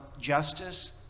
justice